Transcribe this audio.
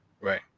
Right